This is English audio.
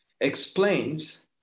explains